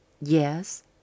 Yes